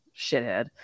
shithead